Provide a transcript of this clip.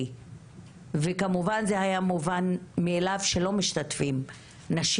וכמובן זה היה מובן מאליו שלא משתתפים נשים.